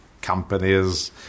companies